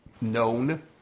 known